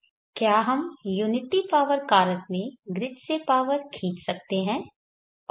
क्या हम unity power कारक में ग्रिड से पावर खींच सकते हैं